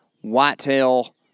whitetail